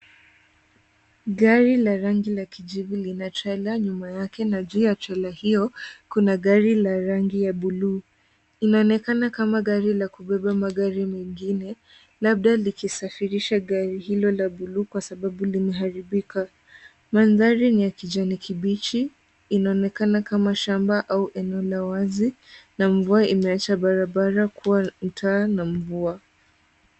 Gari la rangi ya kijivu lina trela nyuma yake na juu ya trela hiyo kuna gari la rangi ya buluu. Inaonekana kama gari la kubeba magari mengine labda likisafirisha gari hilo la buluu kwa sababu limeharibika. Mandhari ni ya kijani kibichi, inaonekana kama shamba ama eneo la wazi na mvua imeacha barabara kuwa mtaa na mvua.